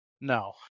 No